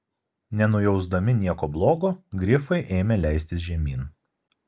nenujausdami nieko blogo grifai ėmė leistis žemyn